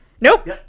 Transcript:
nope